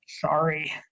sorry